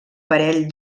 parell